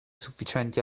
sufficienti